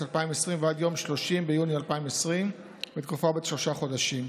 2020 ועד ליום 30 ביוני 2020 לתקופה בת שלושה חודשים.